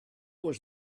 was